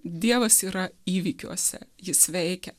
dievas yra įvykiuose jis veikia